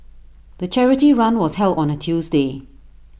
the charity run was held on A Tuesday